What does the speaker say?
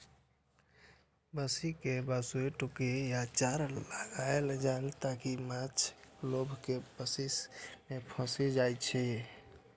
बंसी मे मासुक टुकड़ी या चारा लगाएल जाइ, ताकि माछ लोभ मे बंसी मे फंसि जाए